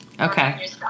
okay